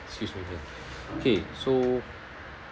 switch already ah okay so